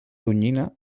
tonyina